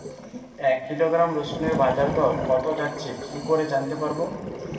এক কিলোগ্রাম রসুনের বাজার দর কত যাচ্ছে কি করে জানতে পারবো?